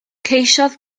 ceisiodd